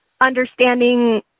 understanding